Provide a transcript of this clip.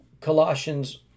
Colossians